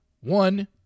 one